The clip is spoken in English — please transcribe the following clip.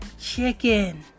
chicken